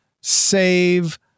save